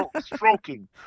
Stroking